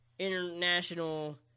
International